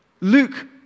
Luke